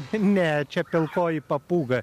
ne čia pilkoji papūga